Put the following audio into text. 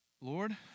Lord